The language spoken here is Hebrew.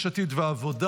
יש עתיד והעבודה.